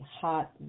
hot